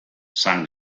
san